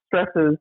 stresses